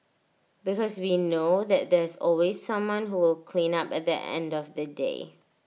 because we know that there's always someone who will clean up at the end of the day